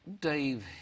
dave